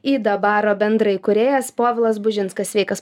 ida baro bendraįkūrėjas povilas bužinskas sveikas